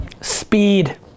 Speed